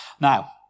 now